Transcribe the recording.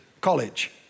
college